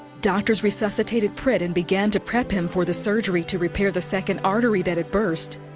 doctors resuscitated prit and began to prep him for the surgery to repair the second artery that had burst.